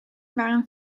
waren